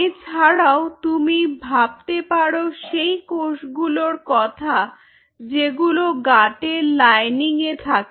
এছাড়াও তুমি ভাবতে পারো সেই কোষগুলোর কথা যেগুলো গাটের লাইনিংয়ে থাকে